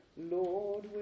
Lord